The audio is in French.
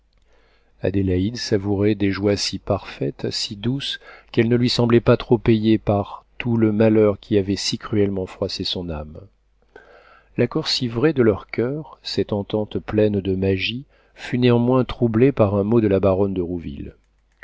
adélaïde savourait des joies si parfaites si douces qu'elles ne lui semblaient pas trop payées par tout le malheur qui avait si cruellement froissé son âme l'accord si vrai de leurs coeurs cette entente pleine de magie fut néanmoins troublée par un mot de la baronne de